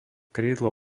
krídlo